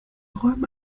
räume